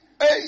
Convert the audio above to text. Hey